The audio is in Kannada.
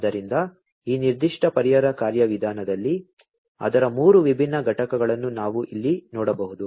ಆದ್ದರಿಂದ ಈ ನಿರ್ದಿಷ್ಟ ಪರಿಹಾರ ಕಾರ್ಯವಿಧಾನದಲ್ಲಿ ಅದರ 3 ವಿಭಿನ್ನ ಘಟಕಗಳನ್ನು ನಾವು ಇಲ್ಲಿ ನೋಡಬಹುದು